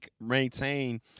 maintain